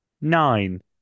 nine